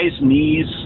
knees